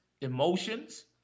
emotions